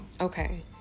Okay